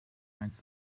eins